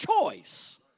choice